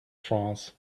france